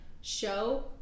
show